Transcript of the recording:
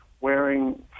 wearing